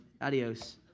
adios